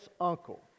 uncle